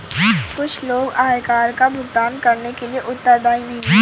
कुछ लोग आयकर का भुगतान करने के लिए उत्तरदायी नहीं हैं